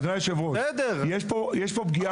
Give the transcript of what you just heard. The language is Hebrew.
אדוני יושב הראש, יש פה פגיעה.